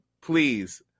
please